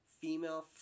female